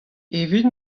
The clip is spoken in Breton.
evit